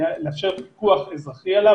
לאפשר פיקוח אזרחי עליו,